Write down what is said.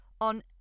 on